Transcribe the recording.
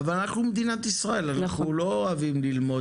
אבל אנחנו מדינת ישראל, אנחנו לא אוהבים ללמוד.